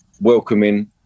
welcoming